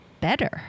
better